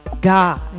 god